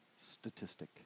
statistic